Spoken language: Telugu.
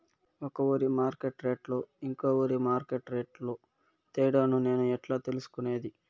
ఒక ఊరి మార్కెట్ రేట్లు ఇంకో ఊరి మార్కెట్ రేట్లు తేడాను నేను ఎట్లా తెలుసుకునేది?